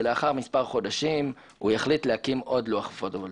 ולאחר מספר חודשים הוא יחליט להקים עוד לוח פוטו וולטאי.